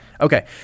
Okay